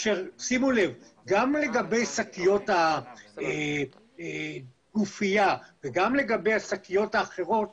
גם לגבי שקיות הנשיאה וגם לגבי השקיות האחרות,